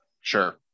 Sure